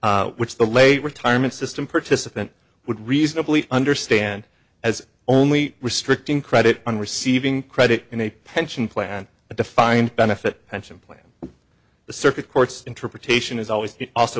which the late retirement system participant would reasonably understand has only restricting credit on receiving credit in a pension plan a defined benefit pension plan the circuit court's interpretation is always